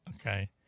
Okay